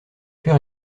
faire